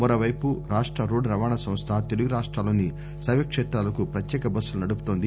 మరోవైపు రాష్ట రోడ్టు రవాణా సంస్థ తెలుగు రాష్ట్రాల్లోని శైవ క్షేతాలకు పత్యేక బస్సులు నడుపుతోంది